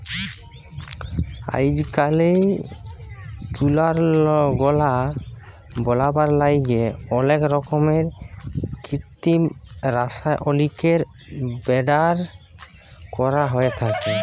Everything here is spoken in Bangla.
আইজকাইল তুলার গলা বলাবার ল্যাইগে অলেক রকমের কিত্তিম রাসায়লিকের ব্যাভার ক্যরা হ্যঁয়ে থ্যাকে